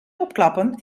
opklappen